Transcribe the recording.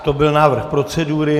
To byl návrh procedury.